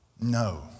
No